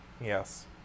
Yes